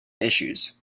issues